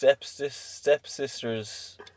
Stepsisters